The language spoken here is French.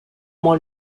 mois